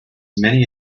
many